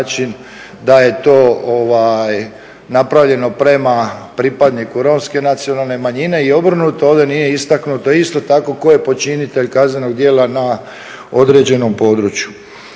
da je to napravljeno prema pripadniku romske nacionalne manjine i obrnuto. Ovdje nije istaknuto isto tako tko je počinitelj kaznenog djela na određenom području.